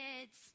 kids